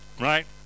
right